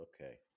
Okay